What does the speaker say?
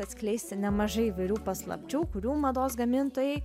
atskleisti nemažai įvairių paslapčių kurių mados gamintojai